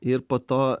ir po to